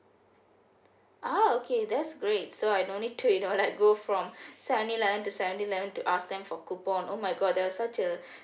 ah okay that's great so I don't need to you know like go from seven eleven to seven eleven to ask them for coupon oh my god that was such a